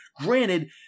Granted